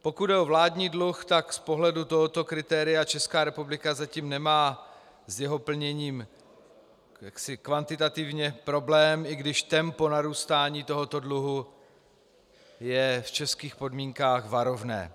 Pokud jde o vládní dluh, z pohledu tohoto kritéria Česká republika zatím nemá s jeho plněním kvantitativně problém, i když tempo narůstání tohoto dluhu je v českých podmínkách varovné.